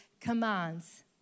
commands